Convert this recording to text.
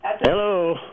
Hello